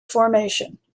formation